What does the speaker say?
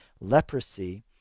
leprosy